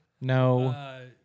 No